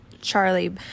Charlie